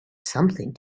something